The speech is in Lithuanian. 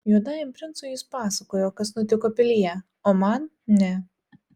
juodajam princui jis pasakojo kas nutiko pilyje o man ne